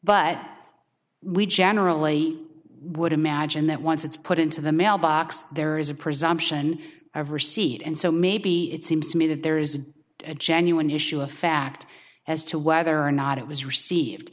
but we generally would imagine that once it's put into the mailbox there is a presumption of receipt and so maybe it seems to me that there is a genuine issue of fact as to whether or not it was received